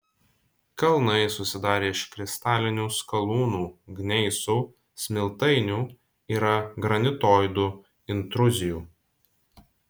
kalnai susidarę iš kristalinių skalūnų gneisų smiltainių yra granitoidų intruzijų